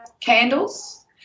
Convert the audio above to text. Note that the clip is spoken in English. candles